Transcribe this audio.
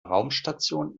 raumstation